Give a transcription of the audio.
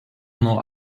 nuo